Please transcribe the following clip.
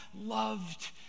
loved